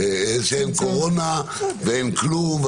-- ואמרו שאין קורונה ואין כלום.